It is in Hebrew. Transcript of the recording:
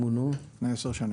לפני עשר שנים.